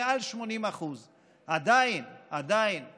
מעל 80%. עדיין אנחנו